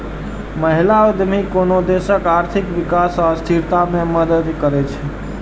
महिला उद्यमी कोनो देशक आर्थिक विकास आ स्थिरता मे मदति करै छै